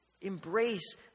embrace